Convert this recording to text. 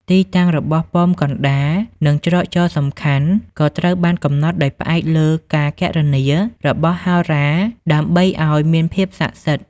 ទីតាំងរបស់ប៉មកណ្តាល និងច្រកចូលសំខាន់ក៏ត្រូវបានកំណត់ដោយផ្អែកលើការគណនារបស់ហោរាដើម្បីឲ្យមានភាពស័ក្តិសិទ្ធិ។